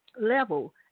level